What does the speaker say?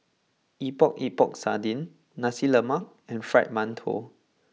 Epok Epok Sardin Nasi Lemak and Fried Mantou